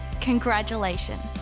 congratulations